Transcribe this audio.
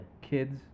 Kids